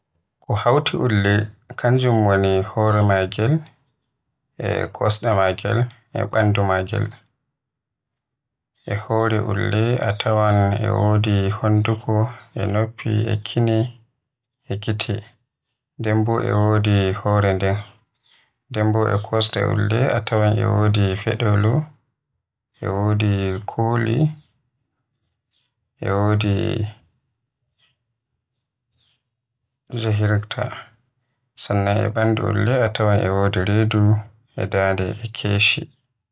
ko hawti Ulle kanjum woni hore maagel, e kesde maagel, e bandu maagel. e hore ulle a tawan e wodi honduko e noffi, e kine e gite, nden bo e wodi hore nden. Nden bo e kosde ulle a tawan e wodi fedelo, e wodi kole wodi ngajirta. Sannan sai bandu Ulle a tawan e wodi redu, e dande, e keshi maggel.